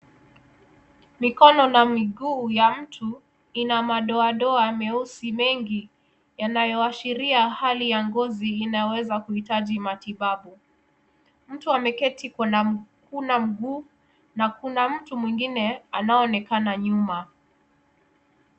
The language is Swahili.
Mikono na miguu ya mtu ina madoadoa meusi mengi, inayoashiria hali ya ngozi inayoweza kuitaji matibabu. Mtu ameketi anakukakuna mguu na kuna mtui mwingine anayeonekana nyuma.